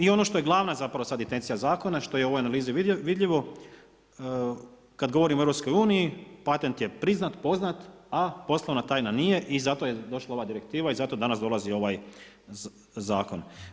I ono što je glavna zapravo sad intencija zakona, što je u ovoj analizi vidljivo, kada govorimo o EU, patent je priznat, poznat, a poslovna tajna nije i zato je došla ova direktiva i zato danas dolazi ovaj zakon.